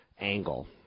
angle